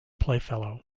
playfellow